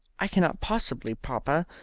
i cannot possibly, papa,